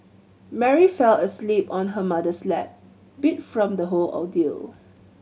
Mary fell asleep on her mother's lap beat from the whole ordeal